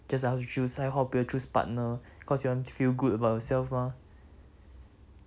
just like how she choose how you all choose partner cause you want to feel good about yourself mah